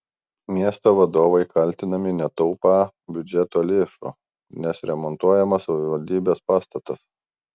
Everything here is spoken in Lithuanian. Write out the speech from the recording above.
miesto vadovai kaltinami netaupą biudžeto lėšų nes remontuojamas savivaldybės pastatas